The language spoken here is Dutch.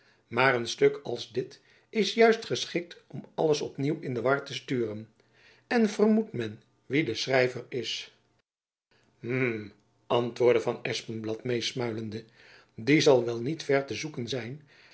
maar een stuk als dit is juist geschikt om alles op nieuw in de war te sturen en vermoedt men wie de schrijver is hm antwoordde van espenblad meesmuilende die zal wel niet ver te zoeken zijn